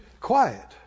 quiet